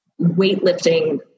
weightlifting